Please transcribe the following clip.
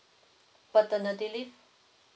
paternity leave